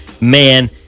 man